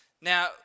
Now